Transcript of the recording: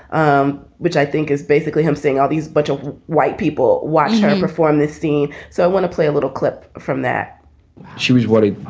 um which i think is basically him saying all these budget white people watch her perform this scene. so i want to play a little clip from that she was worried.